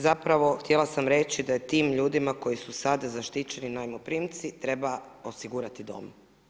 Zapravo htjela sam reći da je tim ljudima koji su sada zaštićeni najmoprimci treba osigurati dom.